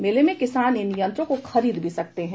मेले में किसान इन यंत्रों को खरीद भी सकते हैं